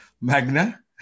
Magna